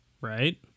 Right